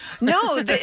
No